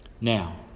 Now